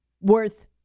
Worth